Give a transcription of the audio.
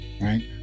right